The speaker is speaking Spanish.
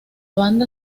banda